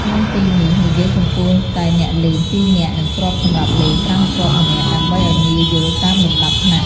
ក្នុងទីនេះ និយាយចំពោះតែអ្នកលេង ២នាក់ និងគ្រាប់សម្រាប់លេង ៥ គ្រាប់ម្នាក់ ដើម្បីឲ្យងាយយល់តាមលំដាប់ថ្នាក់។